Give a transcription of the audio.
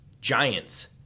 Giants